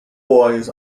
boys